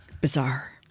bizarre